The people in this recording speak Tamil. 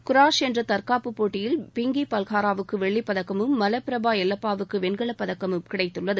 குராஷ் என்ற தற்காப்புப் போட்டியில் பிங்கி பல்ஹாராவுக்கு வெள்ளிப்பதக்கமும் மலபிரபா எல்லப்பாவு க்கு வெண்கலப்பதக்கழம் கிடைத்துள்ளது